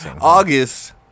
August